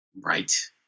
Right